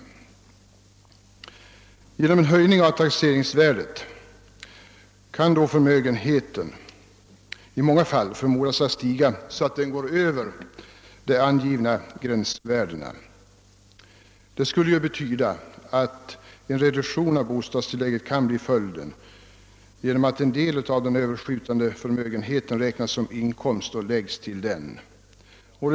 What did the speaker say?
Genom en höjning av taxeringsvärdet kan förmögenheten i många fall komma att stiga, så att den överstiger de angivna gränsvärdena. Detta skulle betyda att en reduktion av bostadstillägget kan bli följden genom att en del av den överskjutande förmögenheten räknas som inkomst och läggs till den övriga inkomsten.